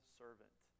servant